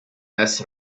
less